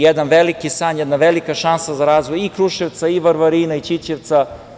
Jedan veliki san, jedna velika šansa za razvoj i Kruševca, i Varvarina, i Ćićevca.